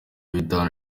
bitanu